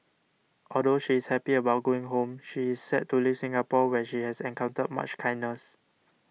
although she is happy about going home she is sad to leave Singapore where she has encountered much kindness